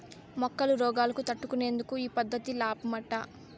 మొక్కల రోగాలను తట్టుకునేందుకు ఈ పద్ధతి లాబ్మట